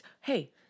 hey